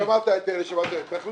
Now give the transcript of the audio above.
שמעת את הדברים ותחליט.